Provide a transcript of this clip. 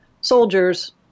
soldiers